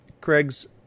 Craig's